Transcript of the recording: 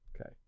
Okay